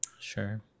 Sure